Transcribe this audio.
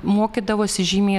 mokydavosi žymiai